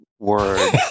word